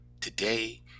today